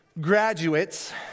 graduates